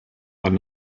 one